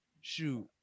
Shoot